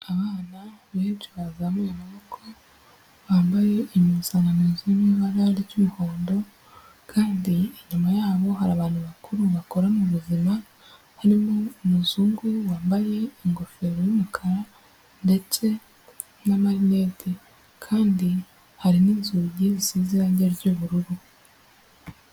Abana benshi bazamuye amaboko, bambaye impuzankano ziri mu ibara ry'umuhondo kandi inyuma yabo hari abantu bakuru bakora mu buzima, harimo umuzungu wambaye ingofero y'umukara ndetse n'amarinete kandi hari n'inzugi zisize irangi ry'ubururu.